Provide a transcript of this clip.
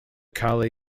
kali